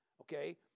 okay